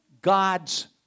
God's